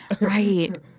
Right